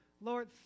Lord